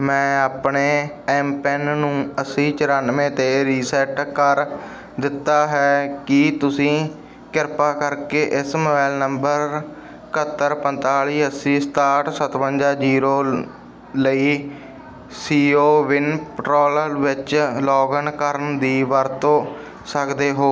ਮੈਂ ਆਪਣੇ ਐਮਪਿੰਨ ਨੂੰ ਅੱਸੀ ਚੁਰਾਨਵੇਂ 'ਤੇ ਰੀਸੈਟ ਕਰ ਦਿੱਤਾ ਹੈ ਕੀ ਤੁਸੀਂ ਕਿਰਪਾ ਕਰਕੇ ਇਸ ਨੂੰ ਮੋਬਾਈਲ ਨੰਬਰ ਇਕੱਤਰ ਪੰਤਾਲੀ ਅੱਸੀ ਸਤਾਹਠ ਸੱਤਵੰਜਾ ਜੀਰੋ ਲਈ ਸੀਓ ਵਿਨ ਪਟਰੋਲ ਵਿੱਚ ਲੌਗਇਨ ਕਰਨ ਦੀ ਵਰਤੋਂ ਸਕਦੇ ਹੋ